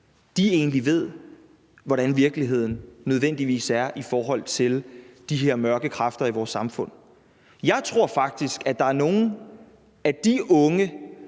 nødvendigvis ved, hvordan virkeligheden er i forhold til de her mørke kræfter i vores samfund. Jeg tror faktisk, at der er nogle af de unge